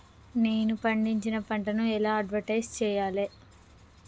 నేను పండించిన పంటను ఎలా అడ్వటైస్ చెయ్యాలే?